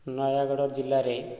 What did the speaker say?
ନୟାଗଡ଼ ଜିଲ୍ଲାରେ